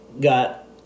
got